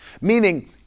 meaning